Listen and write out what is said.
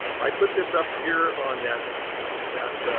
i put this up here on that that